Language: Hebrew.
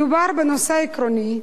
מדובר בנושא עקרוני.